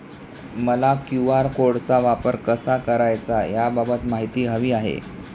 मला क्यू.आर कोडचा वापर कसा करायचा याबाबत माहिती हवी आहे